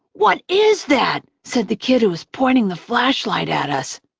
what is that? said the kid who was pointing the flashlight at us,